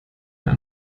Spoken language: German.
mehr